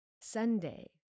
Sunday